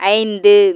ஐந்து